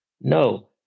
No